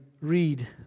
read